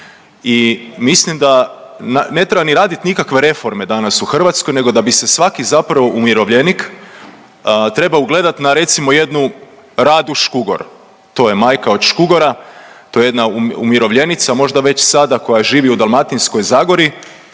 i mislim da, ne treba ni radit nikakve reforme danas u Hrvatskoj, nego da bi se svaki zapravo umirovljenik trebao ugledat na recimo jednu Radu Škugor, to je majka od Škugora, to je jedna umirovljenica, možda već sada koja živi u Dalmatinskoj zagori,